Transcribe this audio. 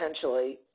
potentially